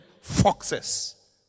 foxes